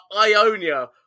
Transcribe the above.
ionia